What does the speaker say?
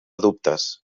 dubtes